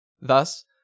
Thus